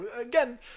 again